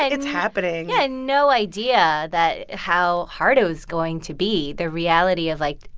it's happening yeah, no idea that how hard it was going to be. the reality of, like,